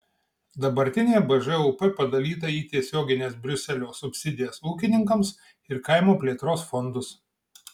dabartinė bžūp padalyta į tiesiogines briuselio subsidijas ūkininkams ir kaimo plėtros fondus